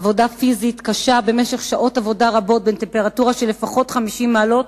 עבודה פיזית קשה במשך שעות עבודה רבות בטמפרטורה של 50 מעלות